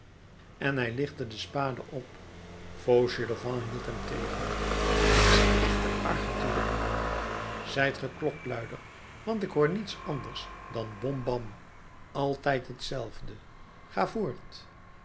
en hij lichtte de spade op fauchelevent hield hem tegen t is echte argenteuil zijt ge klokluider want ik hoor niets anders dan bombam altijd hetzelfde ga voort